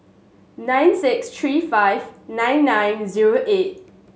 nine six three five nine nine zero eight